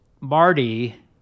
Marty